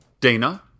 Dana